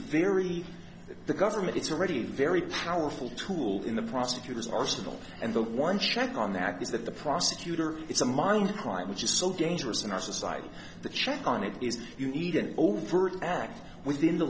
very the government it's already a very powerful tool in the prosecutor's arsenal and the one check on that is that the prosecutor it's a minor crime which is so dangerous in our society the check on it is you need an overt act within the